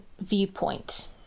viewpoint